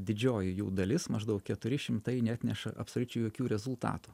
didžioji jų dalis maždaug keturi šimtai neatneša absoliučiai jokių rezultatų